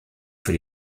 für